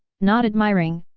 not admiring,